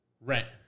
rent